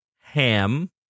ham